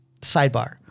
Sidebar